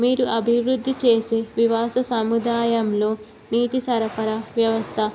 మీరు అభివృద్ధి చేసే నివాస సముదాయంలో నీటి సరఫరా వ్యవస్థ